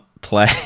play